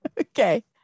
Okay